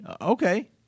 Okay